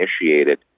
initiated